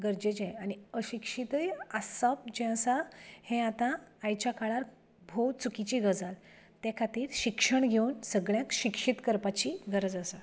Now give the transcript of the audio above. गरजेचें आनी अशिक्षीतय आसप जें आसा हें आतां आयच्या काळार भोव चुकीची गजाल ते खातीर शिक्षण घेवन सगळ्यांक शिक्षीत करपाची गरज आसा